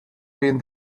been